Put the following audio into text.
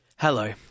Hello